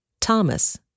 Thomas